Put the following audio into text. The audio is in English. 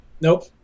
Nope